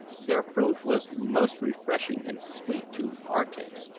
their fruit was most refreshing and sweet to our taste.